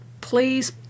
please